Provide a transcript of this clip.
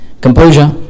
composure